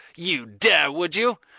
you'd dare, would you!